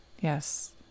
Yes